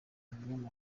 umunyamakuru